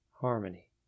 harmony